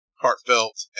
heartfelt